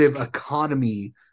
economy